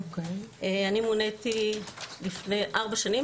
אני מוניתי לפני ארבע שנים,